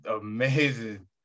amazing